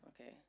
Okay